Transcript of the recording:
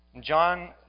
John